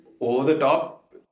over-the-top